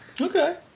Okay